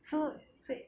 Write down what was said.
so so